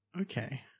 Okay